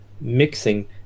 mixing